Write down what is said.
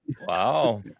Wow